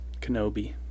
Kenobi